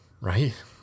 right